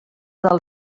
del